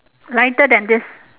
lighter than this